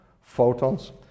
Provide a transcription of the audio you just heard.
photons